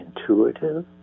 intuitive